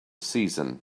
season